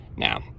Now